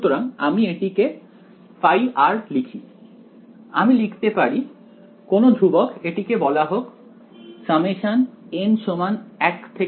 সুতরাং আমি এটিকে ϕ লিখি আমি লিখতে পারি কোন ধ্রুবক এটিকে বলা হোক nbn